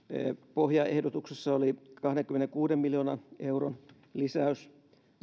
pohjaehdotuksessa oli kahdenkymmenenkuuden miljoonan euron lisäys